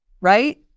Right